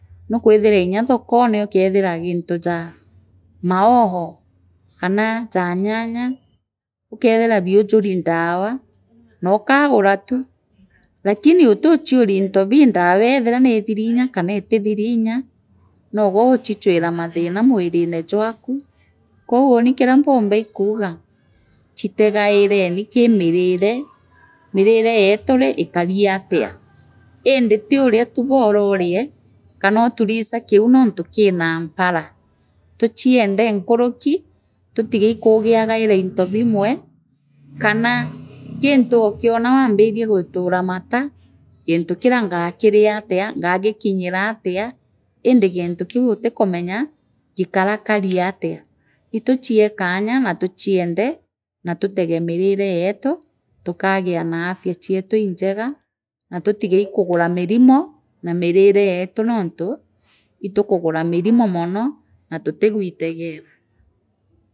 nuukwithirwa nya thokore ukethira gintui jaa mahono kaa jaa nyanga ukethira biunjuri dawa nookugura tu lakini uitilichisiria into bill dawa ee ethira niethiri inya kana itithiri inya noogwe uuchichuira matrina mwirine jwaku kou lilini kiria mpumba ii kuuga chitegaireni kii mirire mirire yeth rii ikari atia indi ti liria tu boroorie kana utulisa kili nontri kina mpara tuichenda nkuiniki tutige ii kugiangaria into bimwe kana gintu ukiona waambina gwithira mataa ginti kiria ngakiria atia ngaginyiore atia indi gintu kiu litikumenyaa gikarakani atia itchlee karga na tuichiende na tutege mirine yeeth tukaagia mafya chieth injega na tuitige iikugura minmo na mirire yetu nontu itukugura mirimu mona naa tutigwitegera.